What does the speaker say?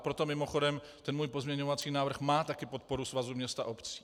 Proto mimochodem ten můj pozměňovací návrh má taky podporu Svazu měst a obcí.